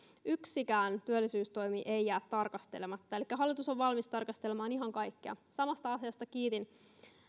yksikään työllisyystoimi ei jää tarkastelematta elikkä hallitus on valmis tarkastelemaan ihan kaikkea samasta asiasta kiitin